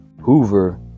Hoover